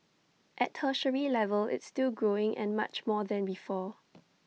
at tertiary level it's still growing and much more than before